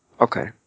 Okay